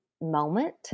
moment